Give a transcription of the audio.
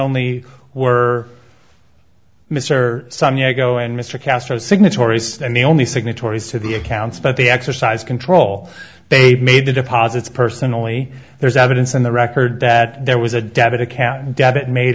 only were mr son hugo and mr castro signatories and the only signatories to the accounts but they exercise control they've made the deposits personally there's evidence in the record that there was a debit account debit made